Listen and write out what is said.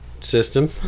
system